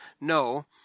No